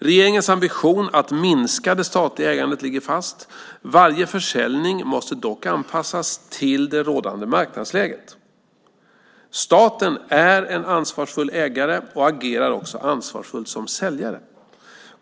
Regeringens ambition att minska det statliga ägandet ligger fast. Varje försäljning måste dock anpassas till det rådande marknadsläget. Staten är en ansvarsfull ägare och agerar också ansvarsfullt som säljare.